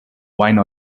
wine